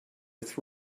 with